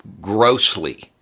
grossly